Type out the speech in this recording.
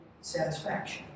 satisfaction